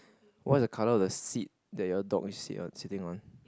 what are the colour of the seat that your dog is sit sitting on